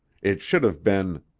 it should have been,